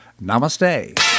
Namaste